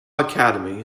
academy